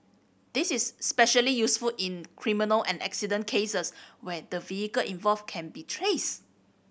this is especially useful in criminal and accident cases where the vehicle involved can be traced